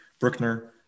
brookner